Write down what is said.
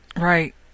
right